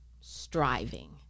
striving